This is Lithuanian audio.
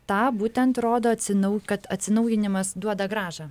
tą būtent rodo atsinau kad atsinaujinimas duoda grąžą